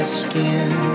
skin